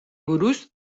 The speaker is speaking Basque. buruz